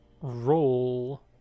roll